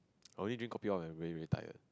I only drink kopi-O when I'm very very tired